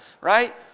right